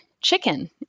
chicken